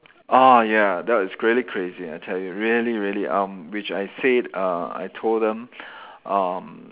ah ya that was really crazy I tell you really really um which I said uh I told them um